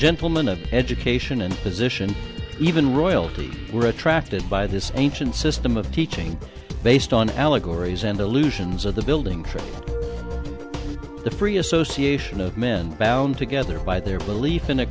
gentlemen of education and position even royalty were attracted by this ancient system of teaching based on allegories and allusions of the building through the free association of men bound together by their belief in a